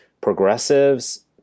progressives